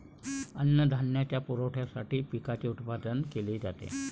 अन्नधान्याच्या पुरवठ्यासाठी पिकांचे उत्पादन केले जाते